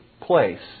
place